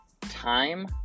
time